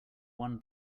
one